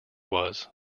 was